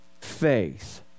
faith